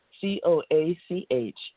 c-o-a-c-h